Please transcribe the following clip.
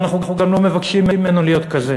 ואנחנו גם לא מבקשים ממנו להיות כזה,